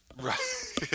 Right